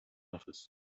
office